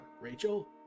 Rachel